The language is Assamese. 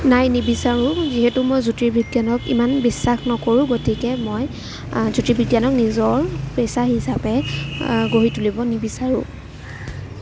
নাই নিবিচাৰো যিহেতু মই জ্যোতিৰ্বিজ্ঞানত ইমান বিশ্বাস নকৰোঁ গতিকে মই জ্য়োতিৰ্বিজ্ঞানক নিজৰ পেছা হিচাপে গঢ়ি তুলিব নিবিচাৰো